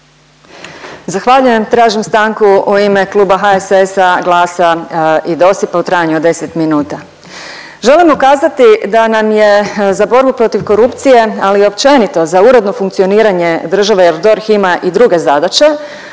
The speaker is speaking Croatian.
Zahvaljujem. Tražim stanku u ime kluba HSS-a, GLAS-a i DOSIP-a u trajanju od 10 minuta. Želim ukazati da nam je za borbu protiv korupcije ali i općenito za uredno funkcioniranje države jer DORH ima i druge zadaće,